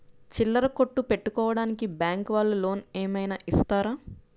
చిల్లర కొట్టు పెట్టుకోడానికి బ్యాంకు వాళ్ళు లోన్ ఏమైనా ఇస్తారా?